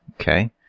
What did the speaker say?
Okay